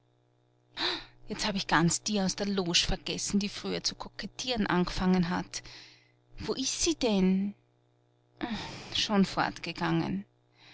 jetzt hab ich ganz die aus der loge vergessen die früher zu kokettieren angefangen hat wo ist sie denn schon fortgegangen